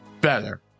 better